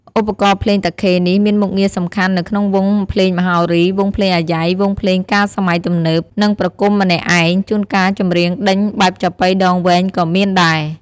ឧបករណ៍ភ្លេងតាខេនេះមានមុខងារសំខាន់នៅក្នុងវង់ភ្លេងមហោរី, វង់ភ្លេងអាយ៉ៃ, វង់ភ្លេងការសម័យទំនើប និងប្រគំម្នាក់ឯង ជួនកាលចំរៀងដេញបែបចាប៉ីដងវែងក៏មានដែរ។